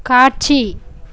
காட்சி